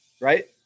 right